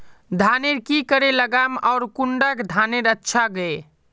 धानेर की करे लगाम ओर कौन कुंडा धानेर अच्छा गे?